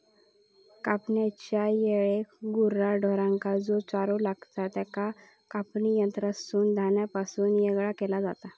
कापणेच्या येळाक गुरा ढोरांका जो चारो लागतां त्याका कापणी यंत्रासून धान्यापासून येगळा केला जाता